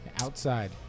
Outside